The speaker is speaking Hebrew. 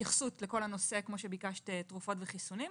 התייחסות לכל נושא התרופות והחיסונים,